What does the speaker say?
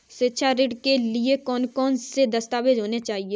शिक्षा ऋण के लिए कौन कौन से दस्तावेज होने चाहिए?